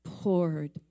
poured